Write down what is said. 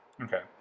Okay